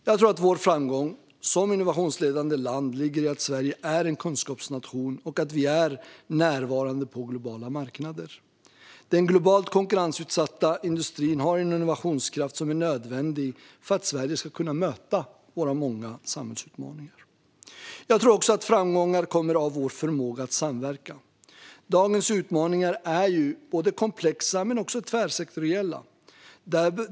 Jag tror att vår framgång som innovationsledande land ligger i att Sverige är en kunskapsnation och att vi är närvarande på globala marknader. Den globalt konkurrensutsatta industrin har en innovationskraft som är nödvändig för att Sverige ska kunna möta de många samhällsutmaningarna. Jag tror också att framgångar kommer av vår förmåga att samverka. Dagens utmaningar är komplexa och tvärsektoriella.